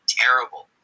terrible